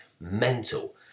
Mental